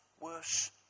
worse